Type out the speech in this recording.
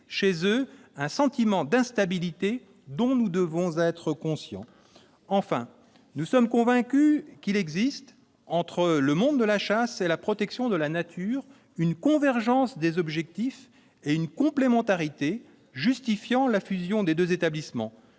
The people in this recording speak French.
chez eux un sentiment d'instabilité dont nous devons être conscients. Enfin, nous sommes convaincus qu'il existe entre le monde de la chasse et la protection de la nature une convergence des objectifs et une complémentarité justifiant la fusion de ces deux établissements.